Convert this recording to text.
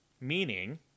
Meaning